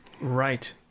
Right